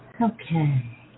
Okay